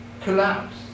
collapse